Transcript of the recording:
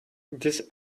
this